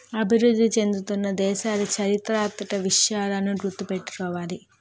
అభివృద్ధి చెందుతున్న దేశాలు చారిత్రక విషయాలను గుర్తు పెట్టుకోవాలి